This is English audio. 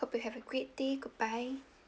hope you have a great day goodbye